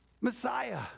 Messiah